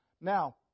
Now